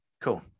Cool